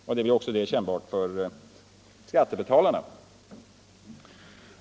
Också det blir kännbart för skattebetalarna.